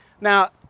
Now